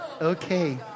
okay